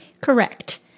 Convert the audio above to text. Correct